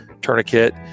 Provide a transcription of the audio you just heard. tourniquet